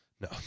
No